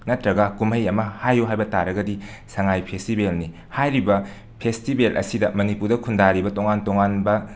ꯅꯠ꯭ꯇꯔꯒ ꯀꯨꯃꯩ ꯑꯃ ꯍꯥꯏꯌꯨ ꯍꯥꯏꯕ ꯇꯥꯔꯒꯗꯤ ꯁꯉꯥꯏ ꯐꯦꯁꯇꯤꯕꯦꯜꯅꯤ ꯍꯥꯏꯔꯤꯕ ꯐꯦꯁꯇꯤꯕꯦꯜ ꯑꯁꯤꯗ ꯃꯅꯤꯄꯨꯔꯗ ꯈꯨꯟꯗꯥꯔꯤꯕ ꯇꯣꯉꯥꯟ ꯇꯤꯉꯥꯟꯕ